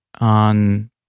on